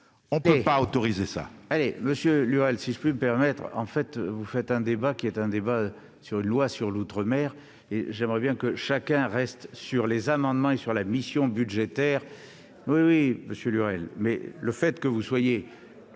On ne peut pas autoriser